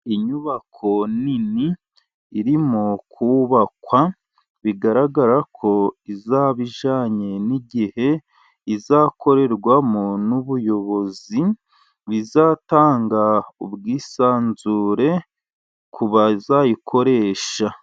Inyubako nini irimo kubakwa, bigaragara ko izaba ijyanye n'igihe, izakorerwamo n'ubuyobozi, bizatanga ubwisanzure ku bazayikoresha.